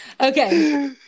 Okay